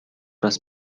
راست